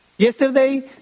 Yesterday